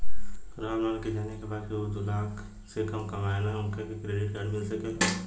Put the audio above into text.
राम लाल के जाने के बा की ऊ दूलाख से कम कमायेन उनका के क्रेडिट कार्ड मिल सके ला?